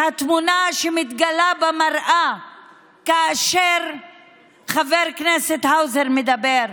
התמונה שמתגלה במראה כאשר חבר הכנסת האוזר מדבר,